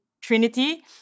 Trinity